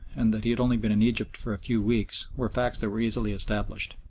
and that he had only been in egypt for a few weeks, were facts that were easily established.